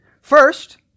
First